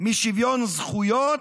משוויון זכויות,